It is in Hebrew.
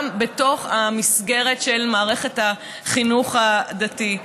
גם בתוך המסגרת של מערכת החינוך הדתי.